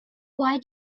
why